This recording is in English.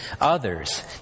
others